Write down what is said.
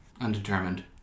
Undetermined